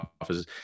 offices